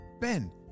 Ben